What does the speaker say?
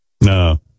No